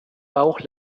bauch